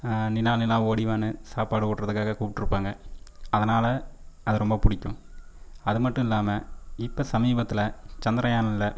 நிலா நிலா ஓடி வான்னு சாப்பாடு ஊட்டுறதுக்காக கூப்பிட்ருப்பாங்க அதனால் அது ரொம்ப பிடிக்கும் அதுமட்டும் இல்லாமல் இப்போது சமீபத்தில் சந்திரயான்ல